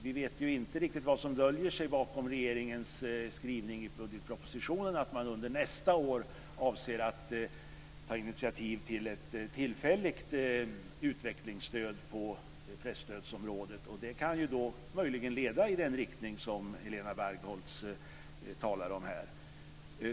Vi vet ju inte riktigt vad som döljer sig bakom regeringens skrivning i budgetpropositionen att man under nästa år avser att ta initiativ till ett tillfälligt utvecklingsstöd på presstödsområdet. Det kan ju då möjligen leda i den riktning som Helena Bargholtz talar om här.